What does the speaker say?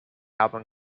album